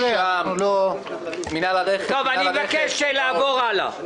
--- אני מבקש לעבור הלאה.